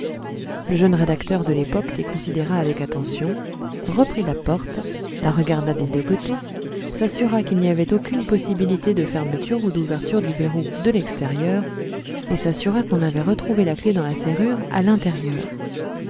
le jeune rédacteur de l'époque les considéra avec attention reprit la porte la regarda des deux côtés s'assura qu'il n'y avait aucune possibilité de fermeture ou d'ouverture du verrou de l'extérieur et s'assura qu'on avait retrouvé la clef dans la serrure à l'intérieur